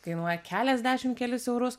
kainuoja keliasdešim kelis eurus